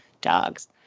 dogs